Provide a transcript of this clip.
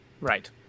Right